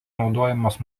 naudojamas